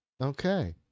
okay